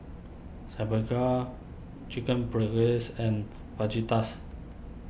Chicken Paprikas and Fajitas